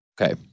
Okay